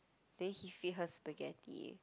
then he feed her spaghetti